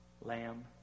Lamb